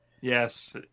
Yes